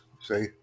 See